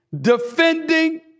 defending